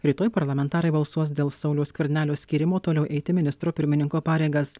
rytoj parlamentarai balsuos dėl sauliaus skvernelio skyrimo toliau eiti ministro pirmininko pareigas